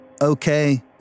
Okay